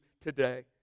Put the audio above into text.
today